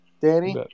Danny